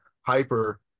Hyper